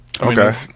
Okay